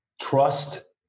trust